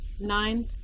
nine